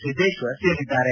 ಸಿದ್ದೇಶ್ವರ್ ಸೇರಿದ್ದಾರೆ